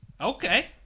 Okay